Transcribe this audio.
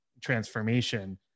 transformation